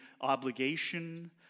obligation